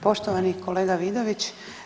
Poštovani kolega Vidović.